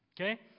Okay